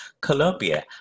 Colombia